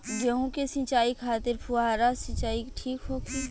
गेहूँ के सिंचाई खातिर फुहारा सिंचाई ठीक होखि?